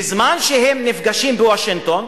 בזמן שהם נפגשים בוושינגטון,